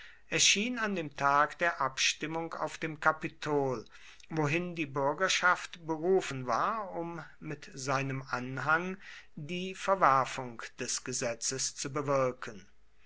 erschien an dem tag der abstimmung auf dem kapitol wohin die bürgerschaft berufen war um mit seinem anhang die verwerfung des gesetzes zu bewirken